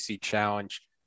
challenge